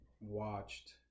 watched